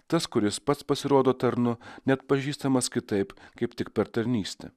tas kuris pats pasirodo tarnu neatpažįstamas kitaip kaip tik per tarnystę